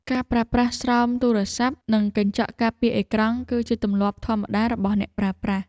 ការប្រើប្រាស់ស្រោមទូរស័ព្ទ និងកញ្ចក់ការពារអេក្រង់ គឺជាទម្លាប់ធម្មតារបស់អ្នកប្រើប្រាស់។